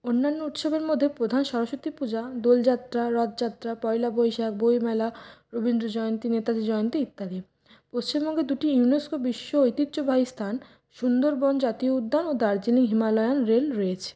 অন্যান্য উৎসবের মধ্যে প্রধান সরস্বতী পূজা দোলযাত্রা রথযাত্রা পয়লা বৈশাখ বইমেলা রবীন্দ্র জয়ন্তী নেতাজী জয়ন্তী ইত্যাদি পশ্চিমবঙ্গে দুটি ইউনেস্কো বিশ্ব ঐতিহ্যবাহী স্থান সুন্দরবন জাতীয় উদ্যান ও দার্জিলিং হিমালয়ান রেল রয়েছে